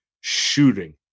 shooting